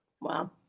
Wow